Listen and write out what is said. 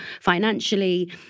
financially